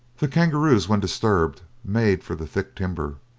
the kangaroos when disturbed made for the thick timber,